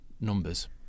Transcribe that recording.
numbers